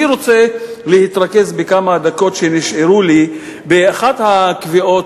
אני רוצה להתרכז בכמה הדקות שנשארו לי באחת הקביעות